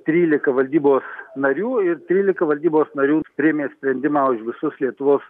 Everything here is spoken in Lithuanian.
trylika valdybos narių ir trylika valdybos narių priėmė sprendimą už visus lietuvos